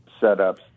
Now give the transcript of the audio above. setups